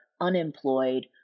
unemployed